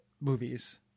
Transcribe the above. movies